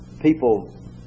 people